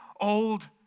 old